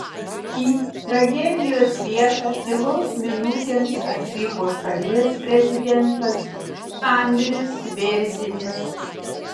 į tragedijos vietą tylos minutėms atvyko šalies prezidentas andris bėrzinis